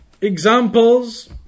examples